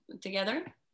together